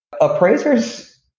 Appraisers